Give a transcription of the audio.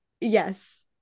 Yes